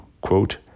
quote